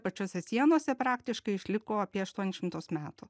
pačiose sienose praktiškai išliko apie aštuonis šimtus metų